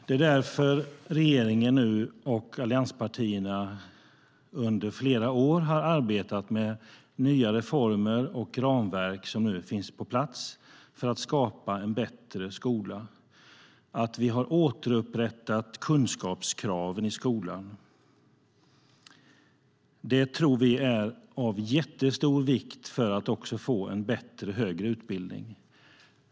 Det är därför regeringen och allianspartierna under flera år har arbetat med nya reformer och ramverk som nu finns på plats för att skapa en bättre skola. Vi har återupprättat kunskapskraven i skolan. Det tror vi är av vikt för att få en bättre högre utbildning.